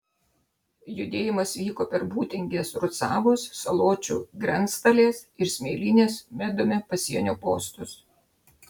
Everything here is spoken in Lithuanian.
judėjimas vyko per būtingės rucavos saločių grenctalės ir smėlynės medumi pasienio postus